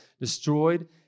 destroyed